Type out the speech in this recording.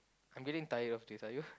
I'm getting tired of this are you